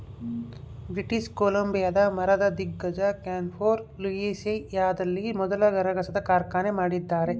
British ಕೊಲಂಬಿಯಾದ ಮರದ ದಿಗ್ಗಜ ಕ್ಯಾನ್ಫೋರ್ ಲೂಯಿಸಿಯಾನದಲ್ಲಿ ಮೊದಲ ಗರಗಸದ ಕಾರ್ಖಾನೆ ಮಾಡಿದ್ದಾರೆ